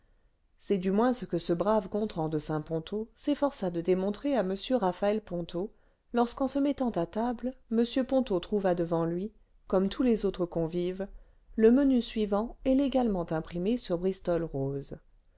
c'est du moins ce que ce brave gontran de saint ponto s'efforça de démontrer à m raphaël ponto lorsqu'en se mettant à table m ponto trouva devant lui comme tous les autres convives le menu suivant élégamment imprimé sur bristol rose